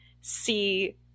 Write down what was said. see